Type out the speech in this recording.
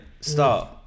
Start